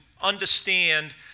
understand